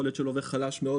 יכול להיות שלווה חלש מאוד